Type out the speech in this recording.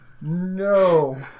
No